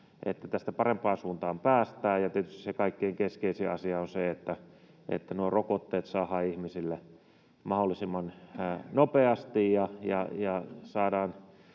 että tästä parempaan suuntaan päästään. Tietysti kaikkein keskeisin asia on se, että nuo rokotteet saadaan ihmisille mahdollisimman nopeasti ja saadaan